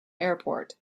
airport